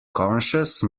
conscience